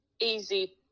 easy